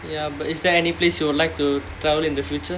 ya but is there any place you would like to travel in the future